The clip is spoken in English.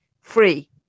free